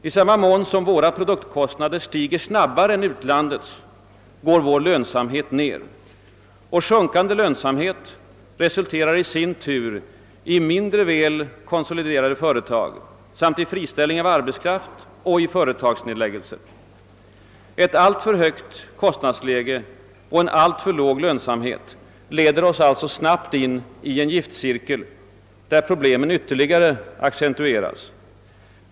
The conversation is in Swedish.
I samma mån som våra produktkostnader stiger snabbare än utlandets går vår lönsamhet ner, och sjunkande lönsamhet resulterar i sin tur i mindre väl konsoliderade företag samt i friställning av arbetskraft och i företagsnedläggelser. Ett alltför högt kostnadsläge och en alltför låg lönsamhet leder oss alltså snabbt in i en giftcirkel där problemen ytterligare accentueras.